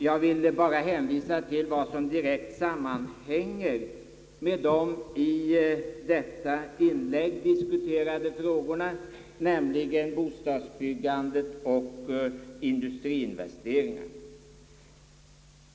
Jag vill bara hänvisa till vad som direkt sammanhänger med de i detta sammanhang diskuterade frågorna, nämligen frågorna om bostadsbyggandet och industriinvesteringarna.